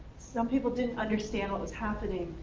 some people didn't understand what was happening,